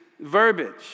verbiage